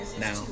now